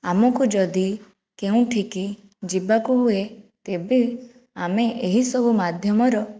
ଆମକୁ ଯଦି କେଉଁଠିକି ଯିବାକୁ ହୁଏ ତେବେ ଆମେ ଏହିସବୁ ମାଧ୍ୟମର